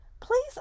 Please